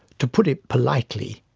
to put it politely,